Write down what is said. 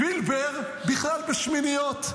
פילבר בכלל בשמיניות.